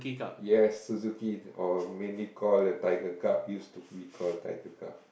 yes Suzuki or mainly called the Tiger-Cup used to recall Tiger-Cup